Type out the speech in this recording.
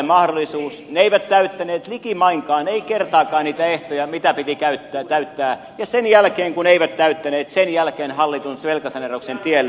ne eivät täyttäneet likimainkaan eivät kertaakaan niitä ehtoja mitä piti täyttää ja sen jälkeen kun eivät täyttäneet sen jälkeen hallitun velkasaneerauksen tielle